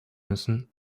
müssen